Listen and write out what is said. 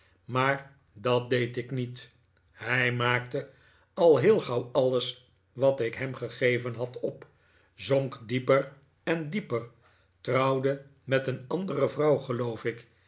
maar dat deed ik niet hij maakte al heel gauw alles wat ik hem gegeven had op zonk dieper en dieper trouwde met een andere vrouw geloof ik